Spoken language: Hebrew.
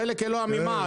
חלק אלוה ממעל.